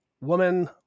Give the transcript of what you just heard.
woman